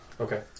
Okay